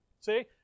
See